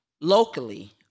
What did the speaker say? Locally